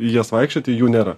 į jas vaikščioti jų nėra